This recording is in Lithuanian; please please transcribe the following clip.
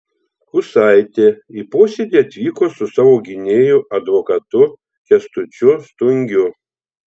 kusaitė į posėdį atvyko su savo gynėju advokatu kęstučiu stungiu